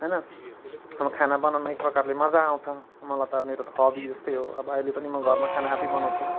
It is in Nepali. होइन अब खाना बनाउनु एक प्रकारले मजा आउँछ मलाई त अब मेरो त हबी जस्तै हो अब अहिले पनि म घरमा खाना आफै बनाउँछु